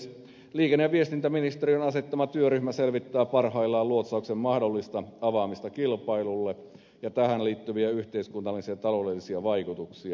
liikenne ja viestintäministeriön asettama työryhmä selvittää parhaillaan luotsauksen mahdollista avaamista kilpailulle ja tähän liittyviä yhteiskunnallisia ja taloudellisia vaikutuksia